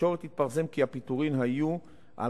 בתקשורת התפרסם כי הפיטורים היו על